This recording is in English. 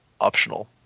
optional